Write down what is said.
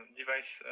device